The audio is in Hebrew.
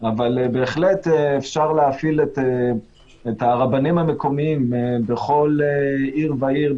אבל בהחלט אפשר להפעיל את הרבנים המקומיים בכל עיר ועיר,